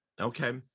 Okay